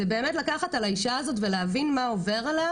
זה באמת לקחת על האישה הזאת ולהבין מה עובר עליה